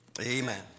Amen